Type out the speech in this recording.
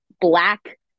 black